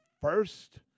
first